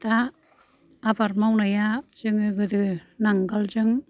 दा आबाद मावनाया जोङो गोदो नांगोलजों